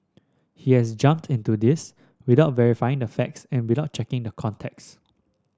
he has jumped into this without verifying the facts and without checking the context